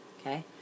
Okay